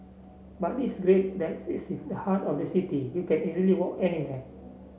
but it's great that it's in the heart of the city you can easily walk anywhere